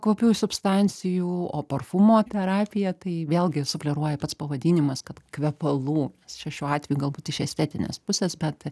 kvapiųjų substancijų o parfumo terapija tai vėlgi sufleruoja pats pavadinimas kad kvepalų čia šiuo atveju galbūt iš estetinės pusės bet